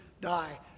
die